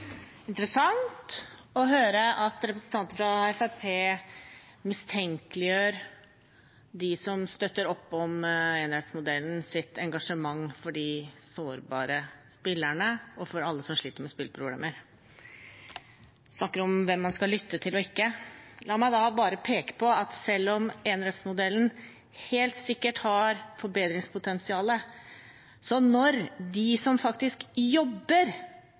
interessant å høre at representanter fra Fremskrittspartiet mistenkeliggjør dem som støtter opp om enerettsmodellens engasjement for de sårbare spillerne og for alle som sliter med spillproblemer. Man snakker om hvem man skal lytte til, og ikke. La meg da bare peke på at selv om enerettsmodellen helt sikkert har forbedringspotensial, er de som faktisk jobber